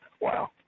Wow